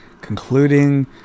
concluding